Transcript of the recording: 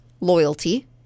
loyalty